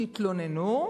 תתלוננו,